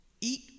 eat